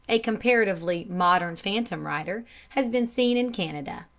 a comparatively modern phantom rider has been seen in canada.